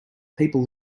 people